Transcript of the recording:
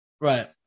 Right